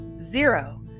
Zero